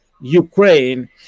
Ukraine